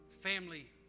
family